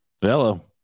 hello